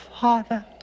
Father